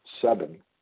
Seven